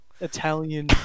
Italian